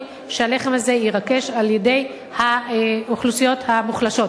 שהלחם הזה יירכש על-ידי האוכלוסיות המוחלשות.